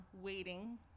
waiting